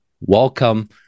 welcome